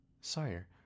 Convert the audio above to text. Sire